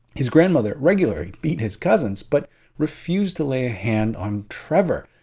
his grandmother regularly beat his cousins but refused to lay a hand on trevor.